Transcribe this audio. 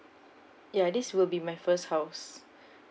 ya this will be my first house